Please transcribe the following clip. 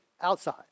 outside